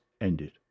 ended